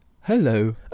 Hello